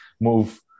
move